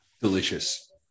Delicious